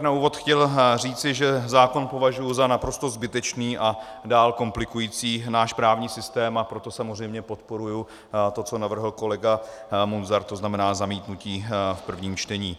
Na úvod bych chtěl říci, že zákon považuji za naprosto zbytečný a dál komplikující náš právní systém, a proto samozřejmě podporuji to, co navrhl kolega Munzar, to znamená zamítnutí v prvním čtení.